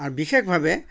আৰু বিশেষভাৱে